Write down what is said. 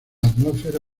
atmósfera